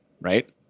right